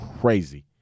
crazy